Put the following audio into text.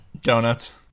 Donuts